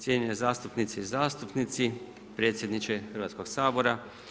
Cijenjene zastupnice i zastupnici, predsjedniče Hrvatskog sabora.